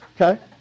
okay